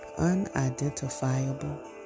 unidentifiable